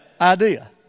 idea